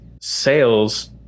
sales